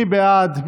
מי בעד?